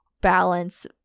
balance